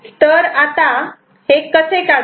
तर आता हे कसे काढायचे